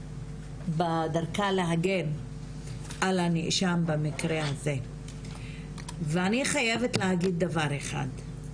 בדרכה להגן על הנאשם במקרה הזה ואני חייבת להגיד דבר אחד,